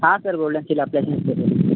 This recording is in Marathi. हां सर गोल्डन स्टील अप्लायन्सेसमधून